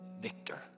victor